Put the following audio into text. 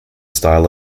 style